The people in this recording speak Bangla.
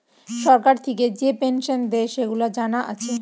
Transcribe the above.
সরকার থিকে যে পেনসন দেয়, সেগুলা জানা আছে